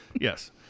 Yes